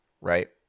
right